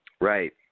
Right